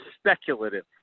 speculative